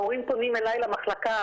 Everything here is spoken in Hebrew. הורים פונים אליי למחלקה,